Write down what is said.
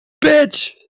Bitch